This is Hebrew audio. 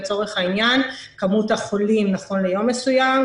לצורך העניין כמות החולים נכון ליום מסוים,